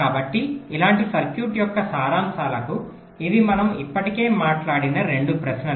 కాబట్టి ఇలాంటి సర్క్యూట్ యొక్క సారాంశాలకు ఇవి మనం ఇప్పటికే మాట్లాడిన 2 ప్రశ్నలు